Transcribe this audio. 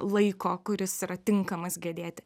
laiko kuris yra tinkamas gedėti